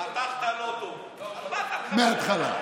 פתחת לא טוב, מהתחלה.